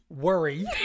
worry